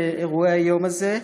לאירועי היום הזה.